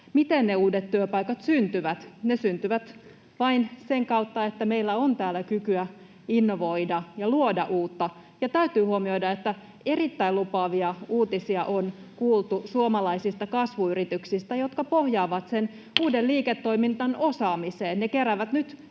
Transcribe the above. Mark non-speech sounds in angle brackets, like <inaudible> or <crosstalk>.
miten ne uudet työpaikat syntyvät. Ne syntyvät vain sen kautta, että meillä on täällä kykyä innovoida ja luoda uutta. Täytyy huomioida, että erittäin lupaavia uutisia on kuultu suomalaisista kasvuyrityksistä, jotka pohjaavat <noise> uuden liiketoiminnan osaamiseen. Ne keräävät nyt